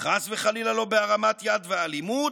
חס וחלילה לא בהרמת יד ואלימות,